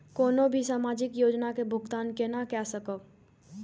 कोनो भी सामाजिक योजना के भुगतान केना कई सकब?